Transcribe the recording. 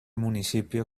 municipio